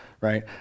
Right